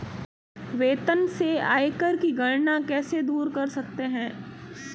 वेतन से आयकर की गणना कैसे दूर कर सकते है?